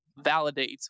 validates